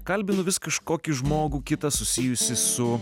kalbinu vis kažkokį žmogų kitą susijusį su